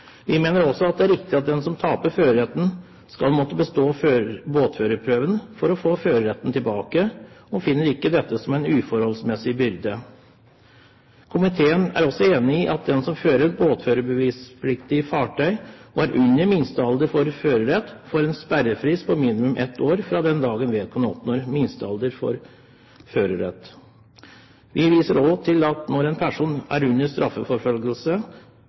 Vi mener også at det er riktig at den som taper føreretten, skal måtte bestå båtførerprøven for å få føreretten tilbake, og ser ikke dette som en uforholdsmessig byrde. Komiteen er også enig i at den som fører et båtførerbevispliktig fartøy og er under minstealder for førerett, får en sperrefrist på minimum ett år fra den dagen vedkommende oppnår minstealder for førerett. Vi viser også til at når en person er under straffeforfølgelse,